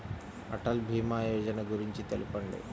అటల్ భీమా యోజన గురించి తెలుపండి?